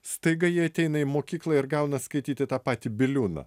staiga jie ateina į mokyklą ir gauna skaityti tą patį biliūną